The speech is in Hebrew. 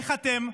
איך אתם,